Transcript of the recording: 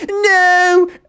NO